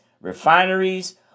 refineries